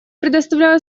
предоставляю